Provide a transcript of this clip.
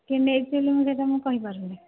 କିଏ ନେଇଛି ହେଲେ ସେଇଟା ମୁଁ କହିପାରିବିନି